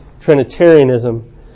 Trinitarianism